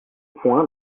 point